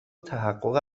تحقق